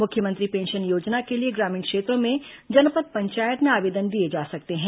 मुख्यमंत्री पेंशन योजना के लिए ग्रामीण क्षेत्रों में जनपद पंचायत में आवेदन दिए जा सकते हैं